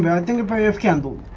a bias campbell